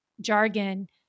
jargon